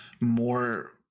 more